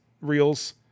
reels